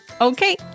Okay